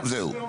זהו.